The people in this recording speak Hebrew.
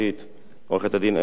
עורכת-הדין אתי בנדלר,